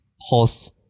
horse